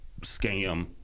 scam